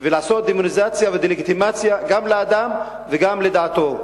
ולעשות דמוניזציה ודה-לגיטימציה גם לאדם וגם לדעתו.